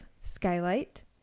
Skylight